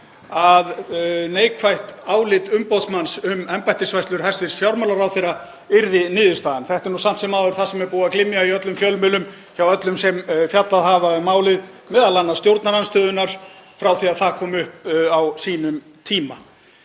að neikvætt álit umboðsmanns um embættisfærslur hæstv. fjármálaráðherra yrði niðurstaðan. Þetta er samt sem áður það sem er búið að glymja í öllum fjölmiðlum, hjá öllum sem fjallað hafa um málið, m.a. stjórnarandstöðunni, frá því að málið kom upp á sínum tíma.